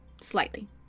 Slightly